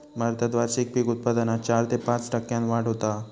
भारतात वार्षिक पीक उत्पादनात चार ते पाच टक्क्यांन वाढ होता हा